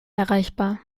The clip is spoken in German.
erreichbar